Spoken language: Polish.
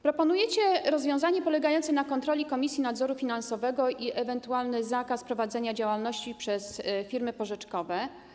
Proponujecie rozwiązanie polegające na kontroli Komisji Nadzoru Finansowego i ewentualny zakaz prowadzenia działalności przez firmy pożyczkowe.